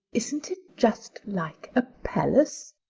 isn't it just like a palace?